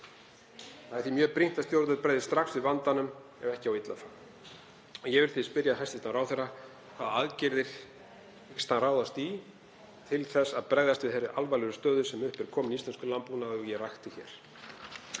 Það er því mjög brýnt að stjórnvöld bregðist strax við vandanum ef ekki á illa að fara. Ég vil því spyrja hæstv. ráðherra: Hvaða aðgerðir hyggst hann ráðast í til að bregðast við þeirri alvarlegu stöðu sem upp er komin í íslenskum landbúnaði sem ég rakti hér?